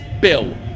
bill